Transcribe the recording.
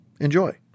Enjoy